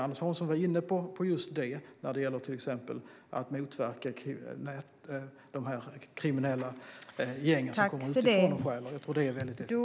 Anders Hansson var inne på detta när det gällde att motverka de kriminella gäng som kommer utifrån och stjäl. Jag tror att det är väldigt effektivt.